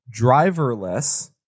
driverless